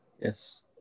Yes